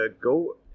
go